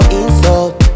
insult